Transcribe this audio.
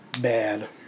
bad